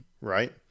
right